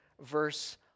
verse